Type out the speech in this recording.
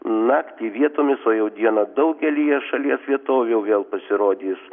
naktį vietomis o jau dieną daugelyje šalies vietovių jau vėl pasirodys